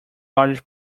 large